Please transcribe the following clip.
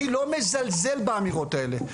אני לא מזלזל באמירות האלה.